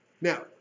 Now